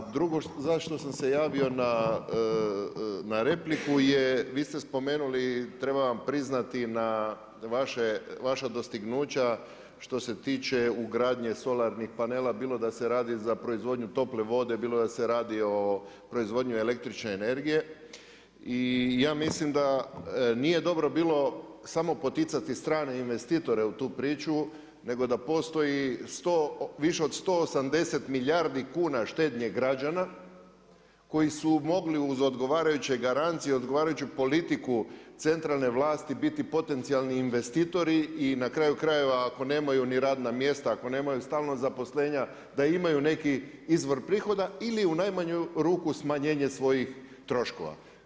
Drugo zašto sam se javio na repliku je, vi ste spomenuli, treba vam priznati na vaša dostignuća što se tiče ugradnje solarnih panela, bilo da se radi za proizvodnju tople vode, bilo da se radi o proizvodnji električne energije i ja mislim da nije dobro samo poticati strane investitore u tu priču nego da postoji više od 180 milijardi kuna štednje građana koji su mogli uz odgovarajuće garancije, uz odgovarajuću politiku centralne vlasti, biti potencijalni investitori i na kraju krajeva, ako nemaju ni radna mjesta, ako nemaju stalna zaposlenja, da imaju neki izvor prihoda ili u najmanju ruku smanjenje svojih troškova.